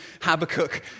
Habakkuk